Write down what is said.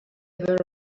were